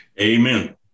Amen